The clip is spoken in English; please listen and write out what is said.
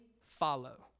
Follow